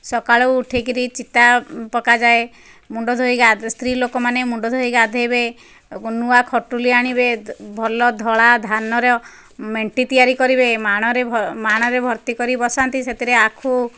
ସକାଳୁ ଉଠିକରି ଚିତା ପକାଯାଏ ମୁଣ୍ଡ ଧୋଇ ଗା ସ୍ତ୍ରୀ ଲୋକମାନେ ମୁଣ୍ଡ ଧୋଇ ଗାଧୋଇବେ ନୂଆ ଖଟୁଲି ଆଣିବେ ଭଲ ଧଳା ଧାନର ମେଣ୍ଟି ତିଆରି କରିବେ ମାଣ ମାଣରେ ଭର୍ତ୍ତି କରି ବସାନ୍ତି ସେଥିରେ ଆଖୁ